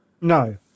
No